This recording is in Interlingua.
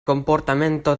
comportamento